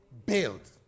Build